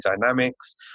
dynamics